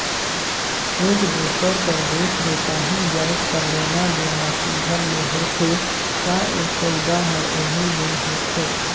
एक दूसर कर देस ले काहीं जाएत कर लेना देना सुग्घर ले होथे ता ओ सउदा हर ओही दिन होथे